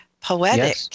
poetic